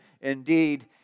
Indeed